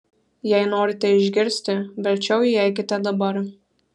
jei norite išgirsti verčiau įeikite dabar